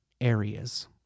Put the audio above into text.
areas